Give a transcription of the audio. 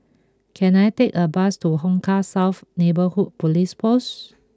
can I take a bus to Hong Kah South Neighbourhood Police Post